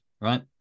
right